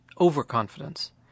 overconfidence